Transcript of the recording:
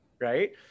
right